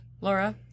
Laura